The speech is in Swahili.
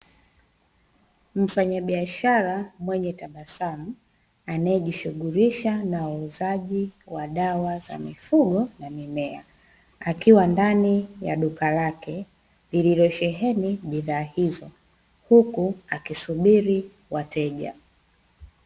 Mfanyabiashara mwenye tabasamu anayejishughulisha na uuzaji wa dawa za mifugo na mimea, akiwa ndani ya duka lake lililosheheni bidhaa hizo huku akisubiri wateja.